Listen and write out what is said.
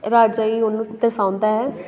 ਰਾਜਾਂ ਦੀ ਉਹਨੂੰ ਦਰਸਾਉਂਦਾ ਹੈ